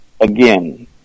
again